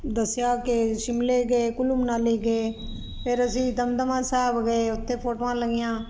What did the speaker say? ਦੱਸਿਆ ਕਿ ਸ਼ਿਮਲੇ ਗਏ ਕੁੱਲੂ ਮਨਾਲੀ ਗਏ ਫੇਰ ਅਸੀਂ ਦਮਦਮਾ ਸਾਬ ਗਏ ਓਥੇ ਫੋਟੋਆਂ ਲਈਆਂ